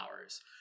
hours